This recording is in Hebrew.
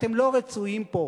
אתם לא רצויים פה.